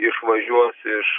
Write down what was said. išvažiuos iš